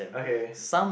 okay